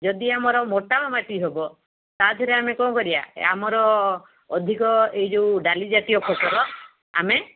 ଯଦି ଆମର ମୋଟାଳ ମାଟି ହେବ ତା ଦେହରେ ଆମେ କ'ଣ କରିବା ଆମର ଅଧିକ ଏଇ ଯେଉଁ ଡାଲି ଜାତୀୟ ଫସଲ ଆମେ